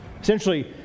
Essentially